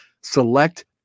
select